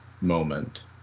moment